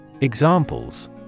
Examples